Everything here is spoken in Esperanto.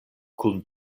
kun